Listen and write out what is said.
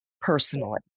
personally